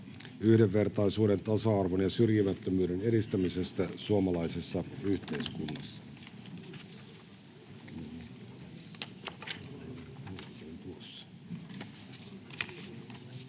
yhdenvertaisuuden, tasa-arvon ja syrjimättömyyden edistämisestä suomalaisessa yhteiskunnassa.